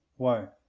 why?